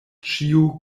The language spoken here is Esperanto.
ĉiu